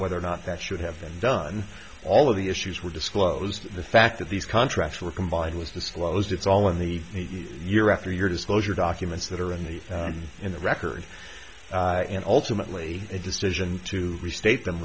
whether or not that should have been done all of the issues were disclosed the fact that these contracts were combined was disclosed its all in the year after year disclosure documents that are in the in the record and ultimately the decision to restate them